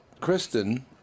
Kristen